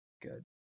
good